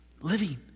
living